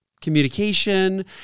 Communication